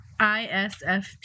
ISFP